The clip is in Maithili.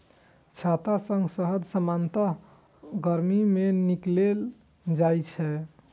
छत्ता सं शहद सामान्यतः गर्मीक अंत मे निकालल जाइ छै